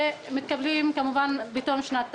שמתקבלים בתום שנת התקציב.